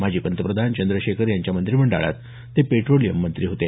माजी पंतप्रधान चंद्रशेखर यांच्या मंत्रिमंडळात ते पेट्रोलियममंत्री होते